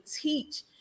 teach